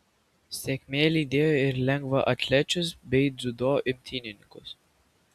sėkmė lydėjo ir lengvaatlečius bei dziudo imtynininkus